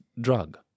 drug